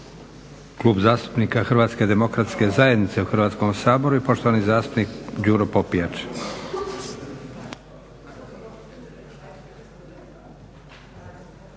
Klub zastupnika Hrvatske demokratske zajednice u Hrvatskom saboru i poštovani zastupnik Đuro Popijač.